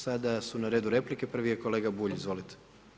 Sada su na redu replike, prvi je kolega Bulj, izvolite.